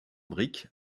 brique